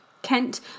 Kent